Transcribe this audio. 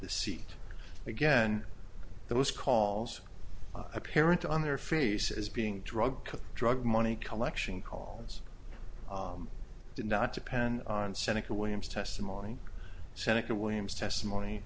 the seat again those calls apparent on their faces being drug drug money collection columns did not depend on seneca williams testimony seneca williams testimony